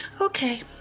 Okay